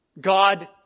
God